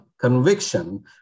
conviction